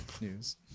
News